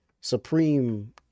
supreme